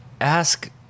ask